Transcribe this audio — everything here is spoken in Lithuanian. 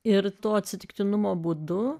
ir to atsitiktinumo būdu